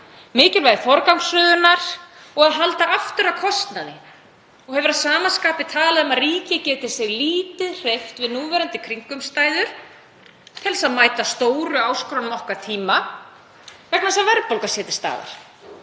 mikilvægi forgangsröðunar og að halda aftur af kostnaði og hefur að sama skapi talaði um að ríkið geti sig lítið hreyft við núverandi kringumstæður til þess að mæta stóru áskorunum okkar tíma vegna þess að verðbólga sé til staðar.